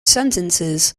sentences